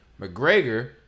McGregor